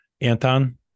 anton